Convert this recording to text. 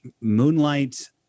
Moonlight